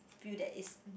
feel that is